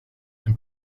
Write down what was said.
and